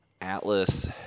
Atlas